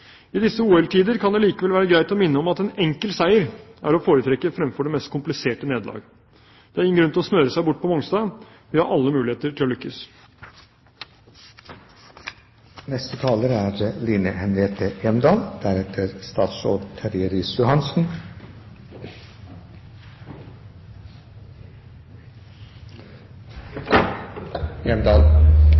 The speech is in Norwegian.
I disse OL-tider kan det likevel være greit å minne om at en enkel seier er å foretrekke fremfor det mest kompliserte nederlag. Det er ingen grunn til å smøre seg bort på Mongstad. Vi har alle muligheter til å lykkes. Rensing av store punktutslipp i industrien er